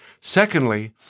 Secondly